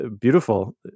beautiful